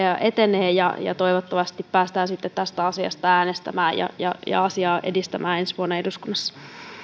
etenee toivottavasti päästään sitten tästä asiasta äänestämään ja ja asiaa edistämään ensi vuonna eduskunnassa